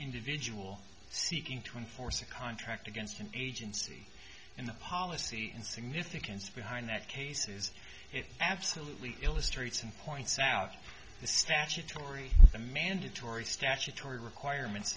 individual seeking to enforce a contract against an agency in the policy and significance behind that case is absolutely illustrates and points out the statutory the mandatory statutory requirements